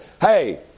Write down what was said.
hey